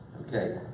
Okay